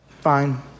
fine